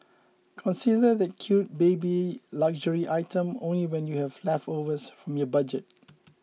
consider that cute baby luxury item only when you have leftovers from your budget